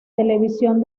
televisión